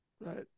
right